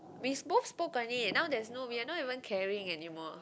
we've both spoke on it now there's no we are not even caring anymore